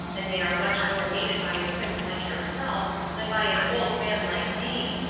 and they are much more needed by a prince like yourself than by an old man like me,